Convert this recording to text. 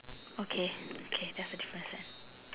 okay okay that's the difference